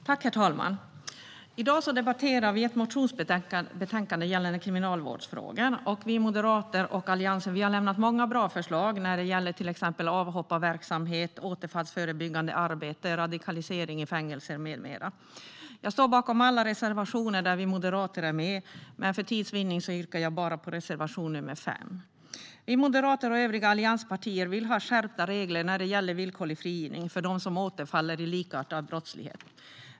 Herr talman! I dag debatterar vi ett motionsbetänkande gällande kriminalvårdsfrågor. Vi moderater och Alliansen har lämnat många bra förslag gällande till exempel avhopparverksamhet, återfallsförebyggande arbete, radikalisering i fängelser med mera. Jag står bakom alla reservationer där vi moderater är med, men för tids vinnande yrkar jag bifall bara till reservation nr 5. Vi moderater och övriga allianspartier vill ha skärpta regler när det gäller villkorlig frigivning för dem som återfaller i likartad brottslighet.